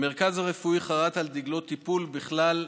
המרכז הרפואי חרת על דגלו טיפול בכלל,